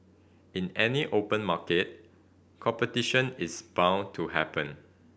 in any open market competition is bound to happen